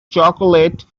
chocolate